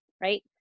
right